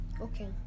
Okay